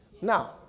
Now